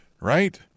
right